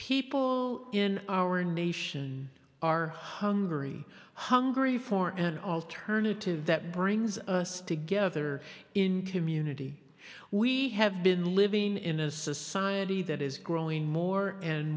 people in our nation are hungry hungry for an alternative that brings us together in community we have been living in a society that is growing more and